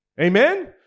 Amen